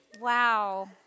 Wow